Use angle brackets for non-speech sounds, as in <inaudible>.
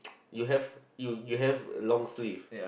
<noise> you have you have long sleeve